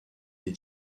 des